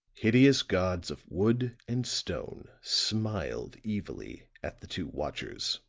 hideous gods of wood and stone smiled evilly at the two watchers.